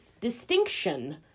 distinction